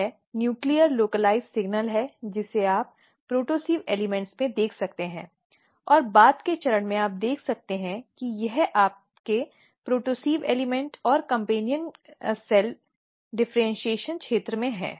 यह नाभिकीय स्थानीयकृत संकेत है जिसे आप प्रोटोसिव़ तत्वों में देख सकते हैं और बाद में चरण में आप देख सकते हैं कि यह आपके प्रोटोसिव़ तत्व और कम्पेन्यन कोशिका डिफ़र्इन्शीएशन क्षेत्र में है